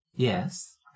Yes